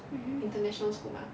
mmhmm